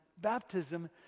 baptism